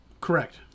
correct